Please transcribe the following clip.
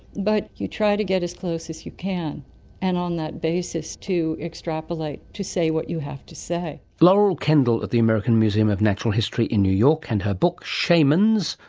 but you try to get as close as you can and on that basis to extrapolate, to say what you have to say. laurel kendall at the american museum of natural history in new york, and her book shamans,